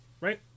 Right